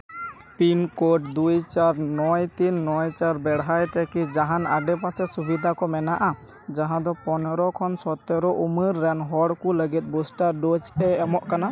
pin code ᱫᱩᱭ ᱪᱟᱨ ᱱᱚᱭ ᱛᱤᱱ ᱱᱚᱭ ᱪᱟᱨ ᱵᱮᱲᱦᱟᱭ ᱛᱮᱠᱤ ᱡᱟᱦᱟᱱ ᱟᱰᱮ ᱯᱟᱥᱮ ᱥᱩᱵᱤᱫᱟ ᱠᱚ ᱢᱮᱱᱟᱜᱼᱟ ᱡᱟᱦᱟᱸ ᱫᱚ ᱯᱚᱱᱨᱚ ᱠᱷᱚᱱ ᱥᱚᱛᱮᱨᱚ ᱩᱢᱮᱨ ᱨᱮᱱ ᱦᱚᱲ ᱠᱚ ᱞᱟᱹᱜᱤᱫ ᱵᱩᱥᱴᱟᱨ ᱰᱳᱡᱽ ᱞᱮ ᱮᱢᱚᱜ ᱞᱮ ᱮᱢᱚᱜ ᱠᱟᱱᱟ